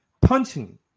punching